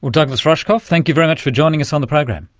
douglas rushkoff, thank you very much for joining us on the program.